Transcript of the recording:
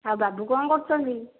ଆଉ ବାବୁ କ'ଣ କରୁଛନ୍ତି